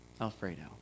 Alfredo